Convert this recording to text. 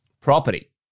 property